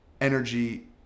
energy